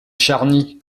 charny